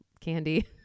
candy